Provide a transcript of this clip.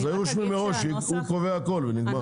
שירשמו מראש, הוא קובע הכול, מה זה אישור.